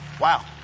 Wow